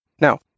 Now